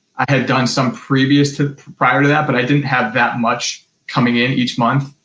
i had done some prior to prior to that, but i didn't have that much coming in each month.